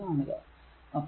അപ്പോൾ v2 0